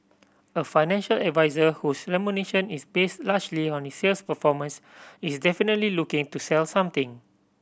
a financial advisor whose remuneration is based largely on his sales performance is definitely looking to sell something